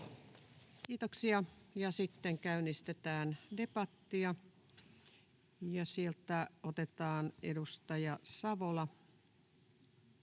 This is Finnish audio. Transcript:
Kiitoksia. — Sitten käynnistetään debattia ja sieltä otetaan edustaja Savola.